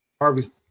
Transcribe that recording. Harvey